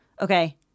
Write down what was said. Okay